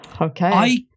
okay